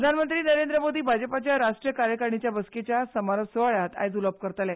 प्रधानमंत्री नरेंद्र मोदी भाजपाच्या राष्ट्रीय कार्यकारिणीच्या बसकेच्या समारोप स्रवाळ्यांत आयज उलोवप करतले